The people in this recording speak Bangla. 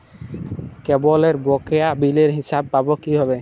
কেবলের বকেয়া বিলের হিসাব পাব কিভাবে?